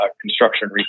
construction